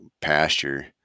pasture